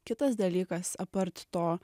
kitas dalykas apart to